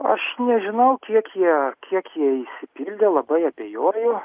aš nežinau kiek jie kiek jie išsipildė labai abejoju